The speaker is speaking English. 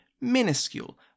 minuscule